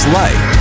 life